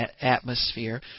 atmosphere